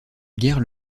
guerre